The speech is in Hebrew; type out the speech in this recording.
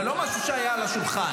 זה לא משהו שהיה על השולחן.